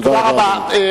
תודה רבה, אדוני.